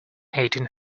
eighteen